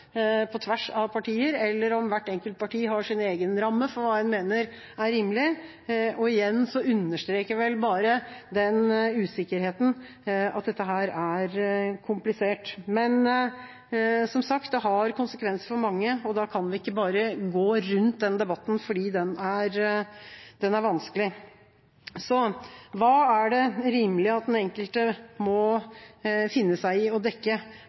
på tvers av partier, eller om hvert enkelt parti har sin egen ramme for hva en mener er rimelig. Igjen understreker vel bare den usikkerheten at dette her er komplisert. Men som sagt, det har konsekvenser for mange, og da kan vi ikke bare gå rundt den debatten fordi den er vanskelig. Så hva er det rimelig at den enkelte må finne seg i å dekke